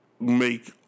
Make